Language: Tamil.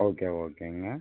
ஓகே ஓகேங்க